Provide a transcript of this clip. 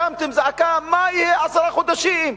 הקמתם זעקה, מה יהיה, עשרה חודשים.